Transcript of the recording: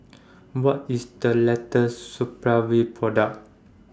What IS The later Supravit Product